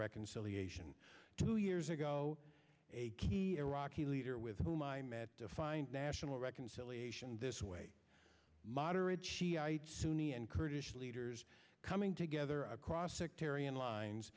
reconciliation two years ago a key iraqi leader with whom i met to find national reconciliation this way moderate shiite sunni and kurdish leaders coming together across sectarian lines